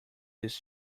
this